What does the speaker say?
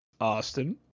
Austin